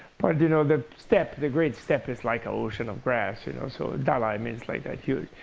you know the steppe, the great steppe is like an ocean of grass. you know so ah dalai means like huge.